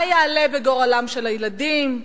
מה יעלה בגורלם של הילדים?